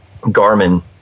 Garmin